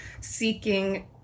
seeking